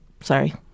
Sorry